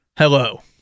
Hello